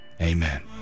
amen